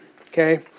okay